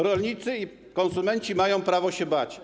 Rolnicy i konsumenci mają prawo się bać.